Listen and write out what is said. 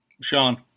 Sean